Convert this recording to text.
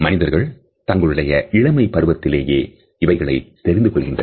மனிதர்கள் தங்களுடைய இளமைப் பருவத்திலேயே இவைகளைத் தெரிந்து கொள்கின்றனர்